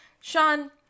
Sean